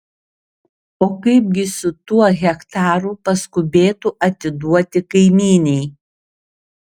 o kaipgi su tuo hektaru paskubėtu atiduoti kaimynei